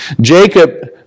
Jacob